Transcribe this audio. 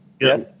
Yes